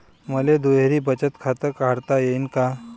मले दुहेरी बचत खातं काढता येईन का?